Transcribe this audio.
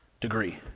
degree